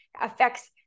affects